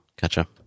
Gotcha